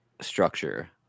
structure